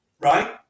right